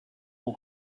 all